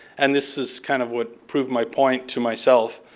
and this is kind of what proved my point to myself,